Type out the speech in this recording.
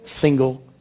single